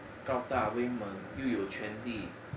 高大威猛又有权利